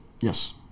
Yes